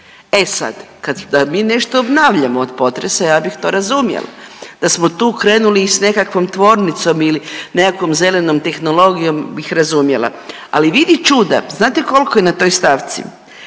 E sad, kada mi nešto obnavljamo od potresa, ja bih to razumjela. Da smo tu krenuli s nekakvom tvornicom ili nekakvom zelenom tehnologijom bih razumjela, ali vidi čuda, znate koliko je na toj stavci.